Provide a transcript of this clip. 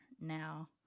now